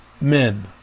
men